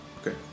Okay